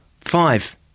Five